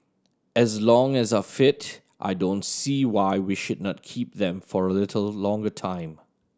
as long as are fit I don't see why we should not keep them for a little longer time